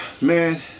Man